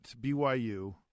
BYU